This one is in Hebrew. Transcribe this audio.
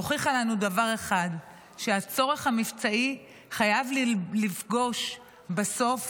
הוכיחה לנו דבר אחד: שהצורך המבצעי חייב לפגוש בסוף